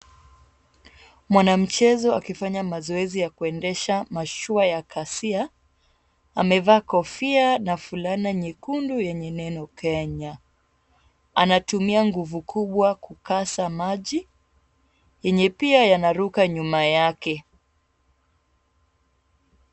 Mwanamchezo akifanya mazoezi ya kuendesha mashua ya kasia amevaa fulana nyekundu yenye neno kenya. Anatumia nguvu kubwa kukasa maji yenye pia yanaruka nyuma yake.